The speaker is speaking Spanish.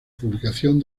publicación